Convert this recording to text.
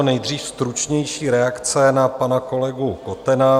Nejdřív stručnější reakce na pana kolegu Kotena.